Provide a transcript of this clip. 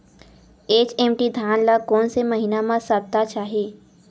HMT धान ल कोन से महिना म सप्ता चाही?